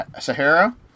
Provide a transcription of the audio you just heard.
Sahara